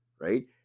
right